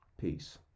peace